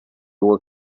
were